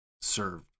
serve